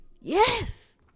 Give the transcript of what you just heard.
yes